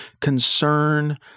concern